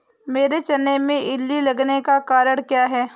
मेरे चने में इल्ली लगने का कारण क्या है?